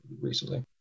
recently